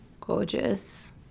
gorgeous